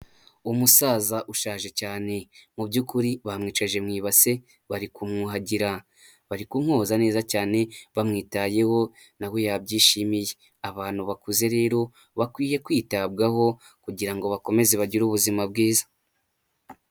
Umusaza ushaje cyane mu byukuri bamwicaje mu ibase bari kumwuhagira, bari kumwoza neza cyane bamwitayeho na we yabyishimiye, abantu bakuze rero bakwiye kwitabwaho kugira ngo bakomeze bagire ubuzima bwiza.